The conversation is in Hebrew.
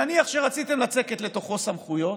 נניח שרציתם לצקת לתוכו סמכויות,